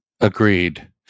Agreed